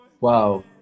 wow